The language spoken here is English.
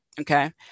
Okay